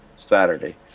saturday